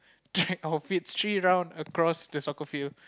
drag our feets three round across the soccer field